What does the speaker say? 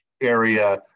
area